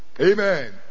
amen